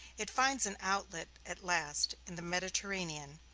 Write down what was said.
it finds an outlet, at last, in the mediterranean,